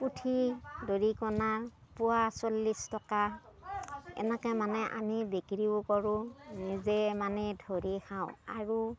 পুঠি দৰিকনা পোৱা চল্লিছ টকা এনেকৈ মানে আমি বিক্ৰীও কৰোঁ নিজে মানে ধৰি খাওঁ আৰু